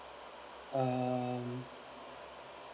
um